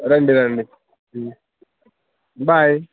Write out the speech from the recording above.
రండి రండి బాయ్